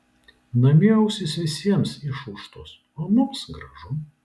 namie ausys visiems išūžtos o mums gražu